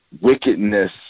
wickedness